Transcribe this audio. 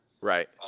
Right